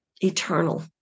eternal